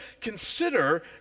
consider